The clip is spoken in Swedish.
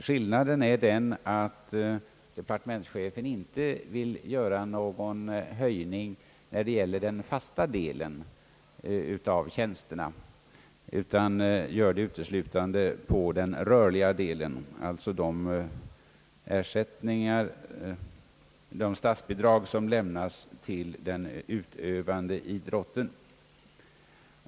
Skillnaden är den att departementschefen inte vill göra någon höjning när det gäller den fasta delen av tjänsterna utan uteslutande på den rörliga delen, alltså av de statsbidrag som lämnas till den utövande idrotten.